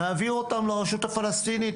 נעביר אותם לרשות הפלסטינית,